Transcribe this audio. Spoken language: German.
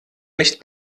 nicht